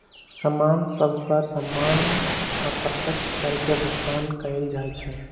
समान सभ पर सामान्य अप्रत्यक्ष कर के भुगतान कएल जाइ छइ